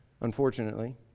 unfortunately